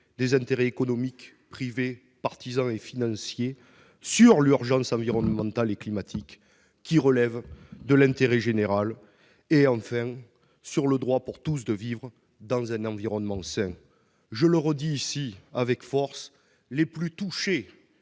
des intérêts économiques privés, partisans et financiers sur l'urgence environnementale et climatique qui relève de l'intérêt général, ainsi que sur le droit pour tous de vivre dans un environnement sain. Je le dis de nouveau avec force : les plus touchés